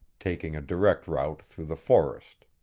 taking a direct route through the forest.